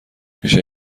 میشه